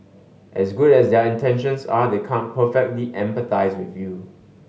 as good as their intentions are they can't perfectly empathise with you